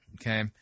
okay